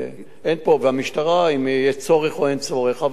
אין פה, והמשטרה, אם יש צורך או אין צורך.